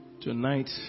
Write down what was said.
Tonight